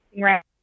right